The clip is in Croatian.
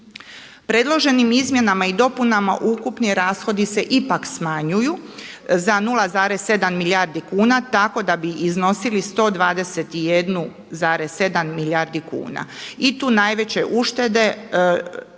Predloženim izmjenama i dopunama ukupni rashodi se ipak smanjuju za 0,7 milijardi kuna, tako da bi iznosili 121,7 milijardi kuna. I tu najveće uštede nastojat